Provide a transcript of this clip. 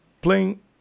playing